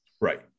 right